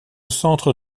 centre